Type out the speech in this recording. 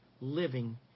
living